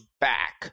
back